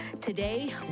Today